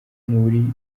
muri